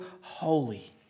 holy